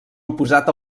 oposat